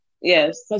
Yes